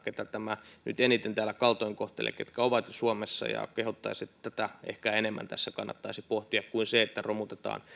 keitä tämä nyt eniten kaltoin kohtelee ketkä ovat jo suomessa kehottaisin että tätä ehkä enemmän kannattaisi pohtia kuin sitä että romutetaan